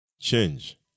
change